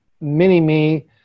mini-me